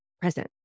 present